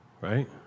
Right